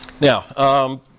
Now